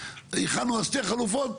הכנו אז שתי חלופות,